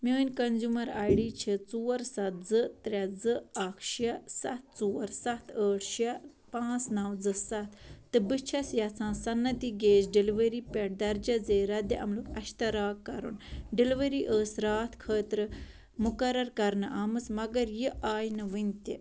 میٛٲنۍ consumer I D چھِ ژور سَتھ زٕ ترٛےٚ زٕ اکھ شےٚ سَتھ ژور سَتھ ٲٹھ شےٚ پانٛژھ نَو زِ سَتھ تہٕ بہٕ چھیٚس یژھان صنعتی گیس ڈیٚلؤری پٮ۪ٹھ درجہ ذیل ردِ عملُک اِشتراک کرُن ڈیٚلؤری ٲس راتھ خٲطرٕ مقرر کرنہٕ آمٕژ مگر یہِ آیہِ نہٕ وُنہ تہِ